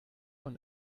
und